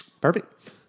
Perfect